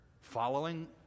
following